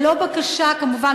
כמובן,